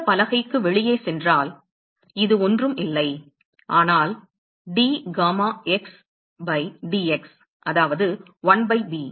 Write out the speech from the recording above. இந்த பலகைக்கு வெளியே சென்றால் இது ஒன்றும் இல்லை ஆனால் d gamma x pi dx அதாவது 1 பை b